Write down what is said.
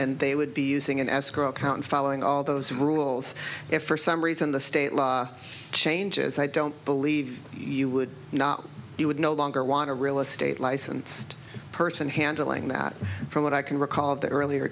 and they would be using an escrow account following all those rules if for some reason the state law changes i don't believe you would not you would no longer want a real estate license person handling that from what i can recall the earlier